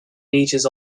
beaches